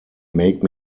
make